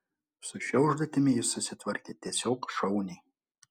su šia užduotimi jis susitvarkė tiesiog šauniai